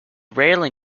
rarely